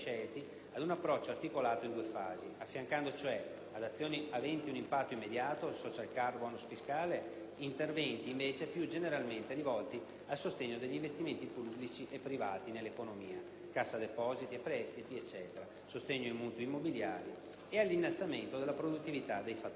ad un approccio articolato in due fasi, affiancando, cioè, ad azioni aventi un impatto immediato (*social card*, *bonus* fiscale), interventi, invece, più generalmente rivolti al sostegno degli investimenti pubblici e privati nell'economia (cassa depositi e prestiti, sostegno ai mutui immobiliari) e all'innalzamento della produttività dei fattori.